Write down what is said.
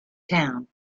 town